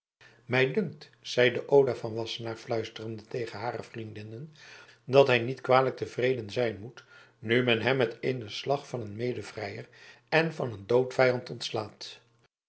mij dunkt zeide oda van wassenaar fluisterende tegen hare vriendinnen dat hij niet kwalijk tevreden zijn moet nu men hem met éénen slag van een medevrijer en van een doodvijand ontslaat